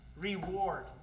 reward